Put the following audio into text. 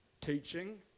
teaching